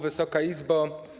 Wysoka Izbo!